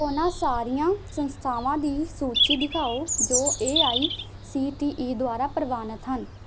ਉਹਨਾਂ ਸਾਰੀਆਂ ਸੰਸਥਾਵਾਂ ਦੀ ਸੂਚੀ ਦਿਖਾਓ ਜੋ A I C T E ਦੁਆਰਾ ਪ੍ਰਵਾਨਿਤ ਹਨ